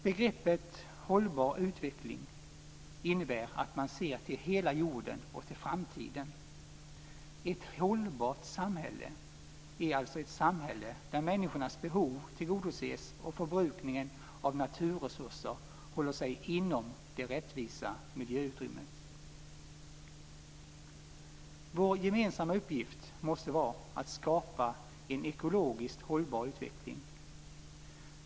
Begreppet hållbar utveckling innebär att man ser till hela jorden och till framtiden. Ett hållbart samhälle är alltså ett samhälle där människornas behov tillgodoses och förbrukningen av naturresurser håller sig inom det rättvisa miljöutrymmet. Vår gemensamma uppgift måste vara att skapa en ekologiskt hållbar utveckling.